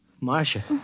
Marcia